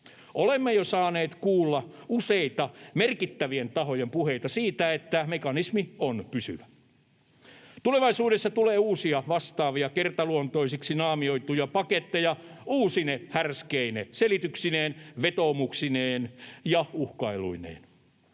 Olemme saaneet kuulla jo useita merkittävien tahojen puheita siitä, että mekanismi on pysyvä. Tulevaisuudessa tulee uusia vastaavia kertaluontoisiksi naamioituja paketteja uusine härskeine selityksineen, vetoomuksineen ja uhkailuineen.